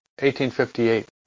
1858